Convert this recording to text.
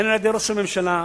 הן על-ידי ראש הממשלה.